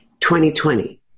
2020